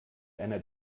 einer